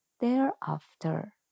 thereafter